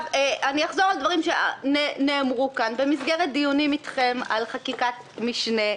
אחזור על דברים שנאמרו כאן: במסגרת דיונים עם רשות המסים על חקיקת משנה,